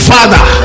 Father